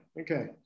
Okay